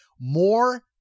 more